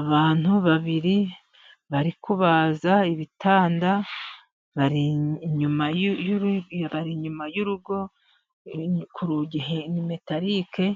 Abantu babiri bari kubaza ibitanda, bari inyuma y'urugo, ku rugi ni metarike,